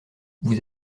vous